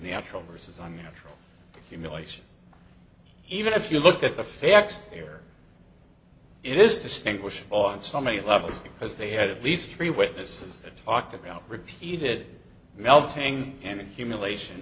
actual verses on natural cumulation even if you look at the facts here it is distinguished on so many levels because they had at least three witnesses that talked about repeated melting an accumulation